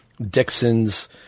Dixon's